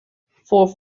fourth